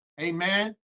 Amen